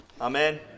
Amen